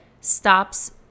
stops